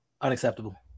Unacceptable